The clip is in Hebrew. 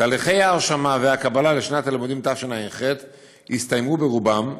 תהליכי ההרשמה והקבלה לשנת הלימודים תשע"ח הסתיימו ברובם,